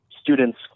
student's